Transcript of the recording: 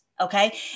okay